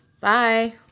Bye